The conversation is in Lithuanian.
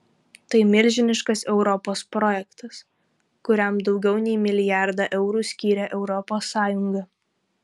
tai milžiniškas europos projektas kuriam daugiau nei milijardą eurų skyrė europos sąjunga